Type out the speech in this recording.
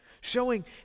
showing